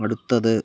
അടുത്തത്